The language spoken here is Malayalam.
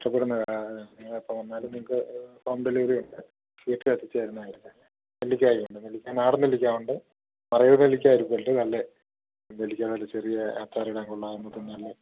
ഇഷ്ട്ടപ്പെടുന്നതാണ് നിങ്ങൾ എപ്പം വന്നാലും നിങ്ങൾക്ക് ഹോം ഡെലിവെറി ഉണ്ട് വീട്ടിലെത്തിച്ച് തരുന്നതായിരിക്കും നെല്ലിക്ക ഉണ്ട് നെല്ലിക്ക നാടൻ നെല്ലിക്ക ഉണ്ട് വരവു നെല്ലിക്ക ഇരിപ്പുണ്ട് നല്ല ഈ നെല്ലിക്ക നല്ല ചെറിയ അച്ചാറിടാൻ കൊള്ളാവുന്നതും തന്നെ നല്ല